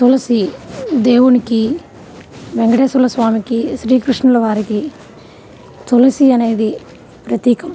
తులసి దేవునికి వెంకటేశ్వర స్వామికి శ్రీకృష్ణుల వారికి తులసి అనేది ప్రత్యేకం